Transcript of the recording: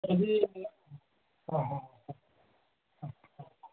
যদি হ্যাঁ হ্যাঁ হ্যাঁ